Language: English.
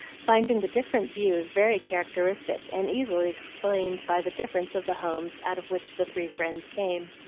finding the different views very characteristic, and easily explained by the difference of the homes out of which the three friends came.